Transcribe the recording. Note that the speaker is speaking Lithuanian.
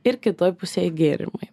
ir kitoj pusėj gėrimai